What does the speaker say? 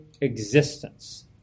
existence